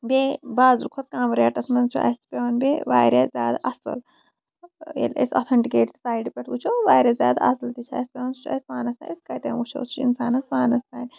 بیٚیہِ بازرٕ کھۄتہٕ کَم ریٹَس منٛز چھُ اَسہِ پیوان بیٚیہِ واریاہ زیادٕ اَصٕل ییٚلہِ أسۍ اوٚتھنٹِکیٹ سایڈٕ پٮ۪ٹھ وٕچھو واریاہ زیادٕ اَصل تہِ چھُ اَسہ پیوان سُہ چھُ اَسہِ پانَس تام أسۍ کَتین وٕچھو سُہ چھُ اِنسانَس پانَس تانۍ